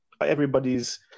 everybody's